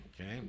Okay